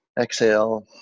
Exhale